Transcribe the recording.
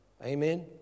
Amen